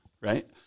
right